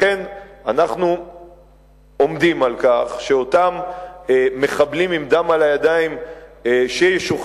לכן אנחנו עומדים על כך שאותם מחבלים עם דם על הידיים שישוחררו,